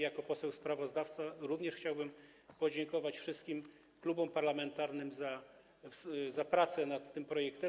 Jako poseł sprawozdawca również chciałbym podziękować wszystkim klubom parlamentarnym za pracę nad tym projektem.